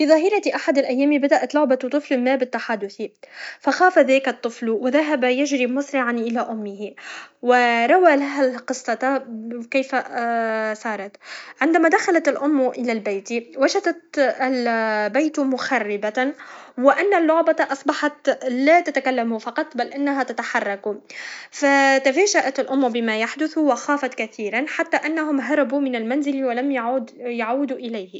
في ظهيرة أحد الأيام، بدأت لعبة طفل ما بالتحدث فخاف ذلك الطفل و ذهب يجري مسرعا الى امه و روى لها القصة كيف صارت عندما دخلت الام الى البيت وجدت البيت مخربة وان اللعبة اصيحت لا تتكلم فقط بل انها تتحرك فتفاجات الام بما يحدث و خافت كثيرا حتى انهم هربوا من المنزل و لم يعد يعودو اليه